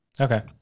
Okay